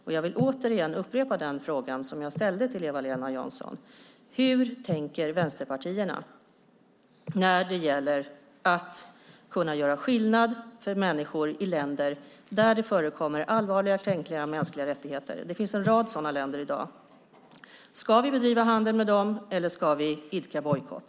Och jag vill återigen upprepa frågan som jag ställde till Eva-Lena Jansson: Hur tänker vänsterpartierna när det gäller att kunna göra skillnad för människor i länder där det förekommer allvarliga kränkningar av mänskliga rättigheter? Det finns en rad sådana länder i dag. Ska vi bedriva handel med dem eller ska vi idka bojkott?